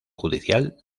judicial